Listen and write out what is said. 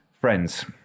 Friends